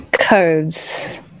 codes